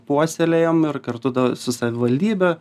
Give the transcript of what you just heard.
puoselėjam ir kartu da su savivaldybe